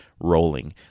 rolling